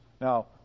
Now